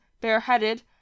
bareheaded